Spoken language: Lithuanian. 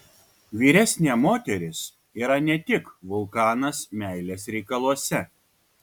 vyresnė moteris yra ne tik vulkanas meilės reikaluose